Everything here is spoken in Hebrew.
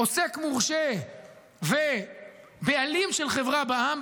עוסק מורשה ובעלים של חברה בע"מ,